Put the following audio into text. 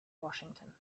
washington